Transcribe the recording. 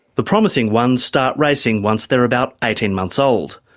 the promising ones start racing once they're about eighteen months old,